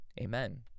Amen